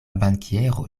bankiero